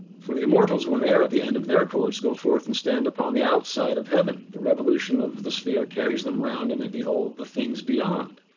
for the immortals when they are at the end of their course go forth and stand upon the outside of heaven. the revolution of the sphere carries them around and they behold the things beyond.